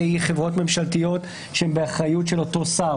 חברות ממשלתיות שהן באחריות של אותו שר,